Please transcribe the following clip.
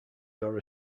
door